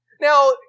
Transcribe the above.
Now